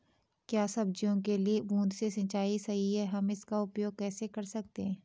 क्या सब्जियों के लिए बूँद से सिंचाई सही है हम इसका उपयोग कैसे कर सकते हैं?